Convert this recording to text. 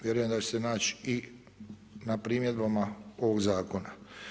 Vjerujem da će se nać i na primjedbama ovog zakona.